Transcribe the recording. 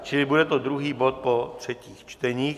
Čili bude to druhý bod po třetích čteních.